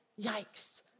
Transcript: yikes